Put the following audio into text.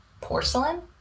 porcelain